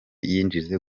yinjije